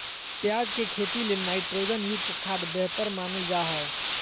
प्याज के खेती ले नाइट्रोजन युक्त खाद्य बेहतर मानल जा हय